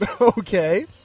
Okay